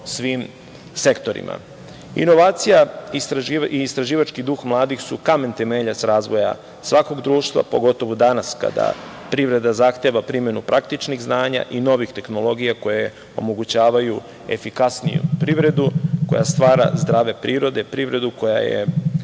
svim sektorima. Inovacija i istraživački duh mladih su kamen temeljac razvoja svakog društva pogotovo danas kada privreda zahteva primenu praktičnih znanja i novih tehnologija koje omogućavaju efikasniju privredu koja stvara zdrave prirode, privredu koja je